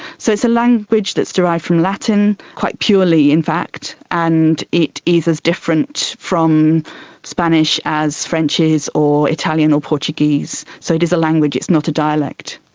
so it's a language that is derived from latin, quite purely in fact, and it is as different from spanish as french is or italian or portuguese. so it is a language, it's not a dialect.